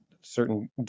certain